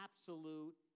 absolute